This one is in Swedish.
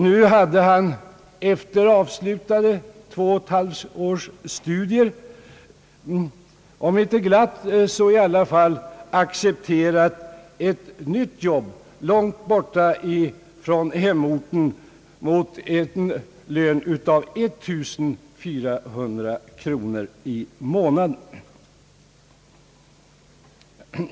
Nu hade han efter avslutade två och ett halvt års studier om inte glatt så i alla fall accepterat ett nytt jobb långt borta från hemorten mot en lön av 1 400 kronor i månaden.